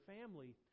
family